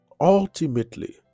ultimately